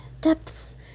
depths